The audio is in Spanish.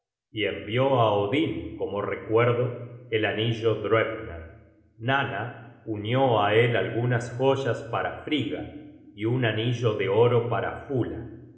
y envió á odin como recuerdo el anillo droepner nanna unió á él algunas joyas para frigga y un anillo de oro para fula